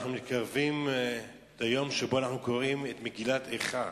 אנחנו מתקרבים ליום שבו אנחנו קוראים את מגילת איכה.